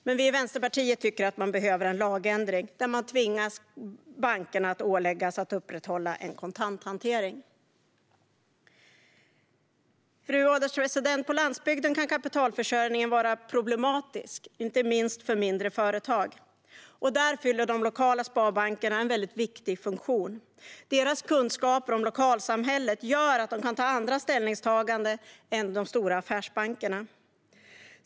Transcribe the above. Men vi i Vänsterpartiet tycker att det behövs en lagändring, där man med tvång ålägger bankerna att upprätthålla en kontanthantering. Fru ålderspresident! På landsbygden kan kapitalförsörjningen vara problematisk, inte minst för mindre företag. Där fyller de lokala sparbankerna en väldigt viktig funktion. Deras kunskaper om lokalsamhället gör att de kan göra andra ställningstaganden än de stora affärsbankerna.